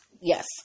Yes